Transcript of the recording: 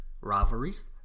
rivalries